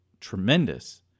tremendous